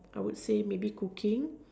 I would say maybe cooking